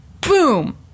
boom